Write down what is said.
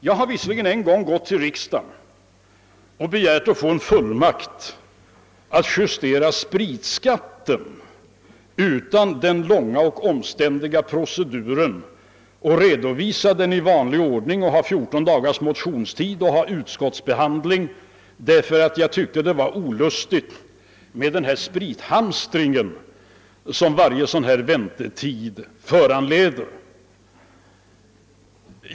Jag har visserligen en gång gått till riksdagen och begärt att få fullmakt att justera spritskatten utan den långa och omständliga proceduren att redovisa i vanlig ordning, att ha 14 dagars motionstid och utskottsbehandling, därför att jag tyckte att den sprithamstring som varje väntetid föranleder var olustig.